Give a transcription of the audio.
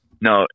No